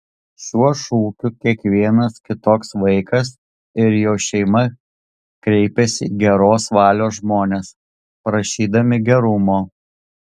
šiuo šūkiu kiekvienas kitoks vaikas ir jo šeima kreipiasi į geros valios žmones prašydami gerumo